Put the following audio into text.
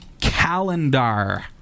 calendar